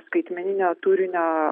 skaitmeninio turinio